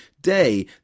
day